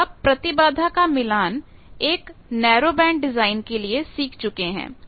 अब आप प्रतिबाधा का मिलान एक नैरो बैंड डिजाइन के लिए सीख चुके हैं